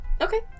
Okay